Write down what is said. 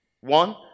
One